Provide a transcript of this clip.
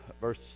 verse